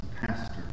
pastor